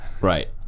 Right